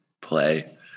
play